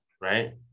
right